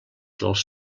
dels